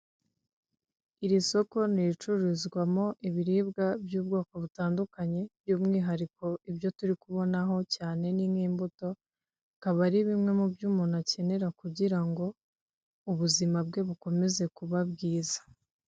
Iri soko ni iricururizwamo ibiribwa by'ubwoko butandukanye, by'umwihariko ibyo turi kubonaho cyane ni nk'imbuto, akaba ari bimwe mu byo umuntu akenera kugira ngo ubuzima bwe bukomeze kuba bwiza.